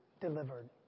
delivered